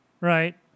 Right